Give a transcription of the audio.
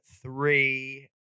three